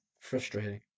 frustrating